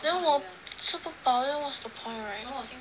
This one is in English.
then 我吃不饱 then what's the point